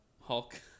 Hulk